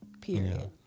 period